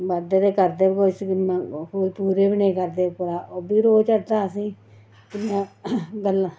मदद ते करदे किश कोई पूरे बी नेईं करदे उब्भी रोह् चढ़दा असेंगी गल्लां